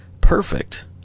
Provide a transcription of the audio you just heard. perfect